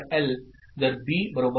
जर बी